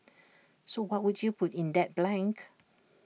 so what would you put in that blank